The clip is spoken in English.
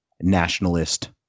nationalist